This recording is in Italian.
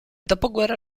dopoguerra